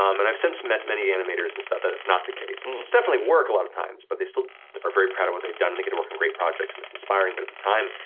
um and i've since met many animators and stuff that it's not the case, it's it's definitely work a lot of times, but they still are very proud of what they've done, and they can work on great projects and it's inspiring, but at the time,